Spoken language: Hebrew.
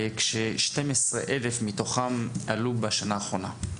כש-12,000 מתוכם עלו בשנה האחרונה.